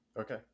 Okay